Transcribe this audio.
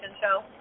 show